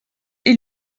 est